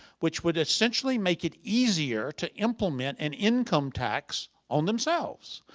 which would essentially make it easier to implement an income tax on themselves.